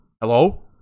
Hello